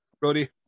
Brody